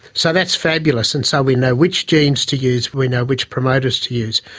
so that's fabulous, and so we know which genes to use, we know which promoters to use.